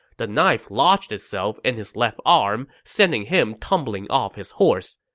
the knife lodged itself in his left arm, sending him tumbling off his horse.